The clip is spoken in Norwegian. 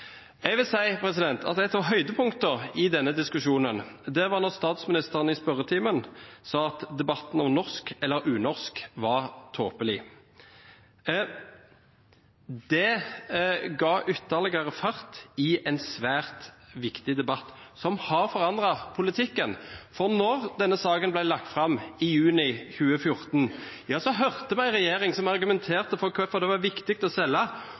Jeg vil si at et av høydepunktene i denne diskusjonen var da statsministeren i spørretimen sa at debatten om norsk eller unorsk var «tåpelig». Det ga ytterligere fart i en svært viktig debatt som har forandret politikken. For da denne saken ble lagt fram i juni 2014, hørte vi en regjering som argumenterte for hvorfor det var viktig å selge,